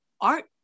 art